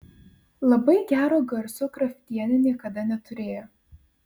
labai gero garso kraftienė niekada neturėjo